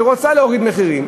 שאת רוצה להוריד מחירים,